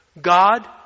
God